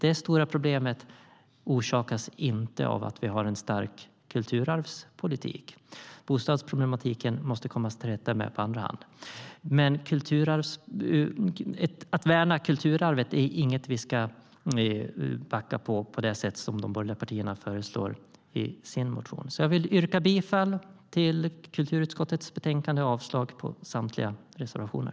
Det stora problemet orsakas inte av att vi har en stark kulturarvspolitik. Bostadsproblematiken måste vi komma till rätta med på andra sätt. Att värna kulturarvet är inget vi ska backa från på det sätt som de borgerliga partierna föreslår i sin motion. Jag yrkar bifall till förslaget i kulturutskottets betänkande och avslag på samtliga reservationer.